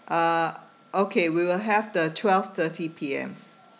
uh okay we will have the twelve thirty P_M